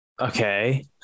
Okay